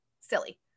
silly